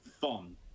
fun